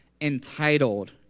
entitled